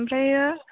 ओमफ्राय